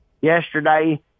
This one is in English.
yesterday